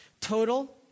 Total